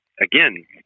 again